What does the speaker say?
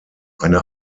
eine